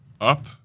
Up